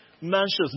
mansions